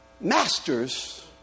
master's